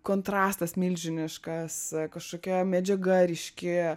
kontrastas milžiniškas kažkokia medžiaga ryški